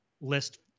list